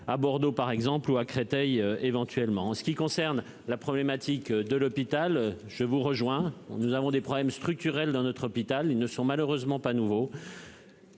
à Bordeaux par exemple ou à Créteil, éventuellement en ce qui concerne la problématique de l'hôpital, je vous rejoins, nous avons des problèmes structurels dans notre hôpital, ils ne sont malheureusement pas nouveau.